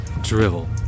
drivel